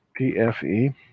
PFE